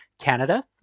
Canada